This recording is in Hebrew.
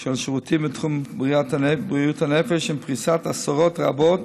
של השירותים בתחום בריאות הנפש עם פריסת עשרות רבות